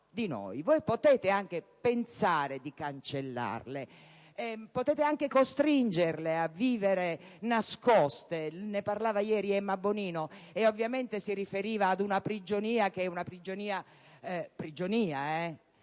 Voi potete anche pensare di cancellarle, potete anche costringerle a vivere nascoste. Ne parlava ieri Emma Bonino e si riferiva a una prigionia che è tale ma dignitosa,